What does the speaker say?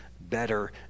better